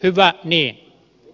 hyvä niin